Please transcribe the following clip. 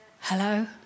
Hello